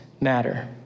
matter